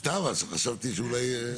סתם, חשבתי שאולי.